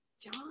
john